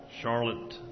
Charlotte